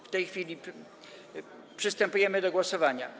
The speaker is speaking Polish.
W tej chwili przystępujemy do głosowania.